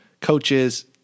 Coaches